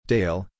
Dale